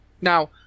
Now